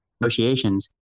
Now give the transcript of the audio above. negotiations